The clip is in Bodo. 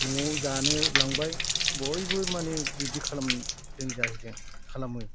न'आव जानो लांबाय बयबो माने बिदि खालामदों जाहैदों खालामो